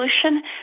solution